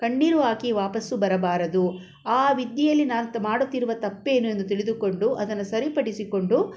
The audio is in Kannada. ಕಣ್ಣೀರು ಹಾಕಿ ವಾಪಸ್ಸು ಬರಬಾರದು ಆ ವಿದ್ಯೆಯಲ್ಲಿ ನಾವು ತ್ ಮಾಡುತ್ತಿರುವ ತಪ್ಪೇನು ಎಂದು ತಿಳಿದುಕೊಂಡು ಅದನ್ನು ಸರಿಪಡಿಸಿಕೊಂಡು